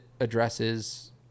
addresses